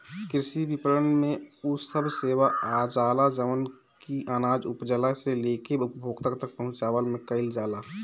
कृषि विपणन में उ सब सेवा आजाला जवन की अनाज उपजला से लेके उपभोक्ता तक पहुंचवला में कईल जाला